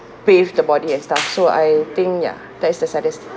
pave the body and stuff so I think ya that is the saddest